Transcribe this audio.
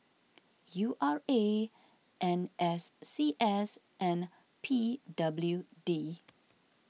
U R A N S C S and P W D